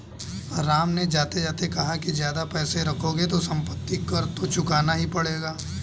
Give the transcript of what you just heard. राम ने जाते जाते कहा कि ज्यादा पैसे रखोगे तो सम्पत्ति कर तो चुकाना ही पड़ेगा